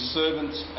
servants